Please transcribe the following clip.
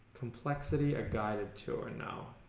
complexity a guided tour? and